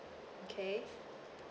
okay